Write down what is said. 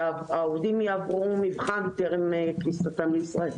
שהעובדים יעבר מבחן טרם כניסתם לישראל.